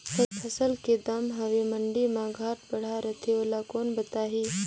फसल के दम हवे मंडी मा घाट बढ़ा रथे ओला कोन बताही?